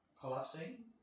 collapsing